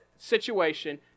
Situation